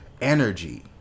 energy